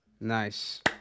Nice